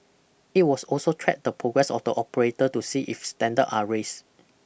it was also track the progress of the operator to see if standards are raised